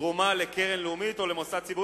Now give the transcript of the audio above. (תרומה לקרן לאומית או למוסד ציבורי